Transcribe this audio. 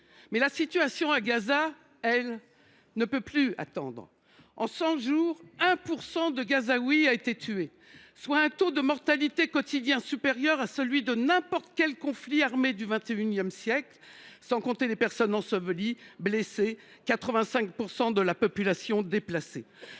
La situation à Gaza, elle, ne peut plus attendre. En cent jours, 1 % des Gazaouis ont été tués, soit un taux de mortalité quotidien supérieur à celui de n’importe quel conflit armé du XXI siècle, sans compter les personnes ensevelies et blessées, et 85 % ont été déplacés.